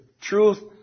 truth